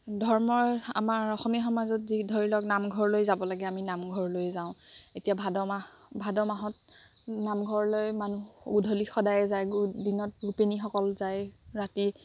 ধৰ্মৰ আমাৰ অসমীয়া সমাজত যি ধৰি লওক নামঘৰলৈ যাব লাগে আমি নামঘৰলৈ যাওঁ এতিয়া ভাদমাহ ভাদমাহত নামঘৰলৈ মানুহ গধূলি সদায় যায় দিনত গোপিনীসকল যায় ৰাতি